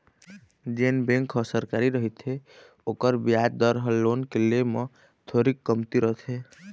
जेन बेंक ह सरकारी रहिथे ओखर बियाज दर ह लोन के ले म थोरीक कमती रथे